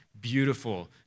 beautiful